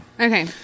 Okay